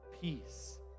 peace